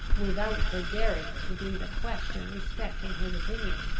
without her daring to breathe a question respecting his opinion,